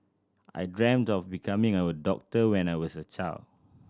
I dreamt of becoming a doctor when I was a child